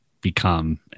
become